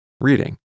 reading